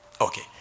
Okay